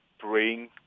bring